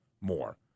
more